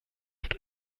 ist